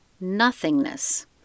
nothingness